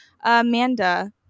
Amanda